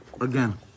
again